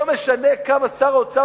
לא משנה כמה שר האוצר,